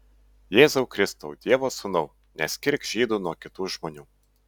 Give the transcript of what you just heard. jėzau kristau dievo sūnau neskirk žydų nuo kitų žmonių